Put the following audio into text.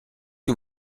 que